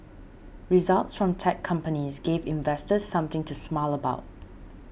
results from tech companies gave investors something to smile about